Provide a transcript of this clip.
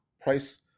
price